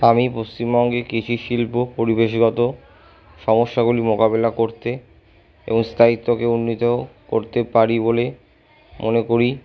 আমি পশ্চিমবঙ্গে কৃষি শিল্প পরিবেশগত সমস্যাগুলি মোকাবিলা করতে এবং স্থায়িত্বকে উন্নীত করতে পারি বলে মনে করি